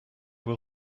will